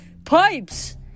pipes